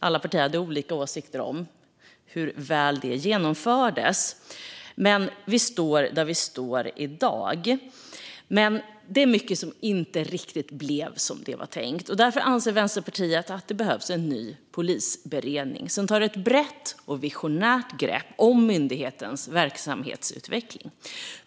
Alla partier hade olika åsikter om hur väl den genomfördes. Men vi står där vi står i dag. Det är dock mycket som inte blev riktigt som det var tänkt. Därför anser Vänsterpartiet att det behövs en ny polisberedning som tar ett brett och visionärt grepp om myndighetens verksamhetsutveckling.